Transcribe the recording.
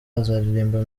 azaririmba